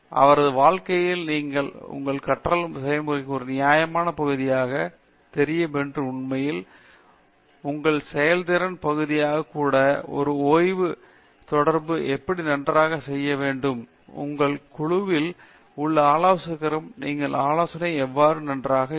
அவரது வாழ்க்கை நீங்கள் உங்கள் கற்றல் செயல்முறை ஒரு நியாயமான பகுதியாக தெரியும் என்று உண்மையில் உங்கள் செயல்திறன் பகுதியாக கூட ஒரு ஓய்வு தொடர்பு எப்படி நன்றாக செய்ய வேண்டும் உங்கள் குழுவில் உங்கள் ஆலோசகரும் உங்கள் ஆலோசனையும் எவ்வளவு நன்றாக இருக்கும்